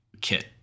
kit